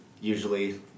usually